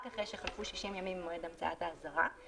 אחרי שחלפו 60 ימים ממועד המצאת האזהרה,